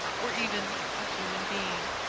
or even a human being.